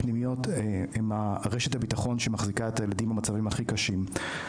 הפנימיות הן רשת הביטחון שמחזיקה את הילדים במצבים הכי קשים.